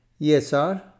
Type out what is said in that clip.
ESR